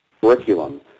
curriculum